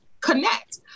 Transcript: connect